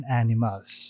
animals